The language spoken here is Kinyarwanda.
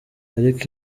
ariko